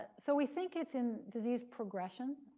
ah so we think it's in disease progression.